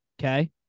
okay